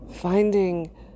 Finding